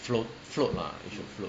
float float lah it should float